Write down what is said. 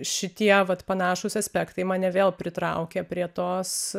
šitie vat panašūs aspektai mane vėl pritraukė prie tos